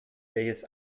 welches